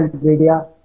media